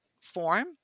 form